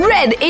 Red